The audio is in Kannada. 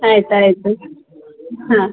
ಆಯಿತಾಯಿತು ಹಾಂ